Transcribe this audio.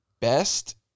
Best